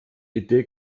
idee